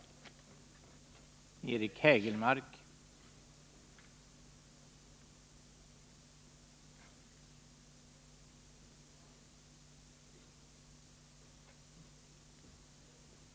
Jag yrkar således